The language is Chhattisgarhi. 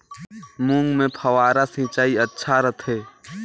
मूंग मे फव्वारा सिंचाई अच्छा रथे?